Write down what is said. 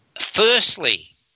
firstly